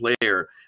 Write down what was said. player